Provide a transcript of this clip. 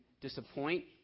disappoint